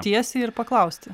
tiesiai ir paklausti